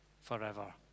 forever